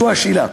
זו השאלה.